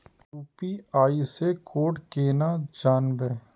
UPI से code केना जानवै?